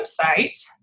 website